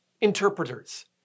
interpreters